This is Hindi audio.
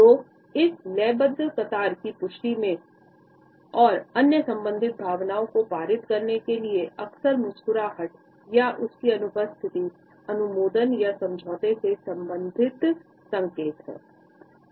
तो इस लयबद्ध कतार की पुष्टि के लिए और अन्य संबंधित भावनाओं को पारित करने के लिए अक्सर मुस्कुराहट या उसकी अनुपस्थिति अनुमोदन या समझौते के संबंधित संकेत हैं